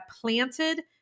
planted